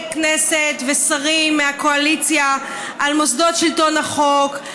כנסת ושרים מהקואליציה על מוסדות שלטון החוק,